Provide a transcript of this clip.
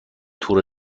تور